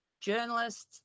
journalists